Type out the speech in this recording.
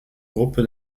gruppe